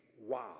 wow